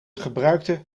gebruikte